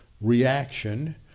reaction